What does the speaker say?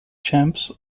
champs